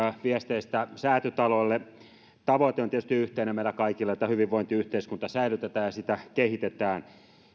viesteistä säätytalolle meillä kaikilla on tietysti yhteinen tavoite että hyvinvointiyhteiskunta säilytetään ja sitä kehitetään